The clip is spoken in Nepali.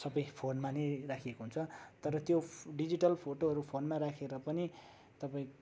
सबै फोनमा नै राखेको हुन्छ तर त्यो डिजिटल फोटोहरू फोनमा राखेर पनि तपाईँ